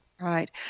Right